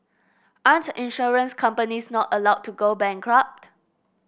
aren't insurance companies not allowed to go bankrupt